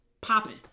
popping